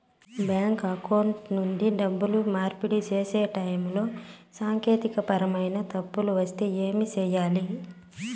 bank account నుండి డబ్బులు మార్పిడి సేసే టైములో సాంకేతికపరమైన తప్పులు వస్తే ఏమి సేయాలి